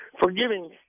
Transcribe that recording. Forgiving